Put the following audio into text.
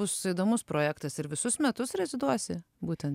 bus labai bus įdomus projektas ir visus metus reziduosi būtent